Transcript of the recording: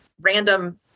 random